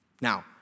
Now